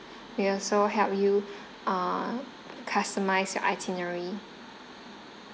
we also help you uh customise your itinerary